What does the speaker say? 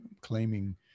claiming